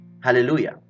Hallelujah